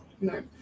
No